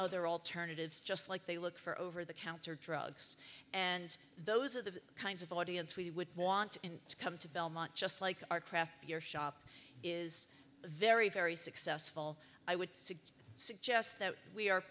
other alternatives just like they look for over the counter drugs and those are the kinds of audience we would want to come to belmont just like our craft your shop is very very successful i would suggest that we are